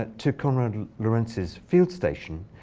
to konrad lorenz's field station.